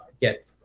get